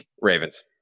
Ravens